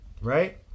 right